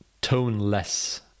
toneless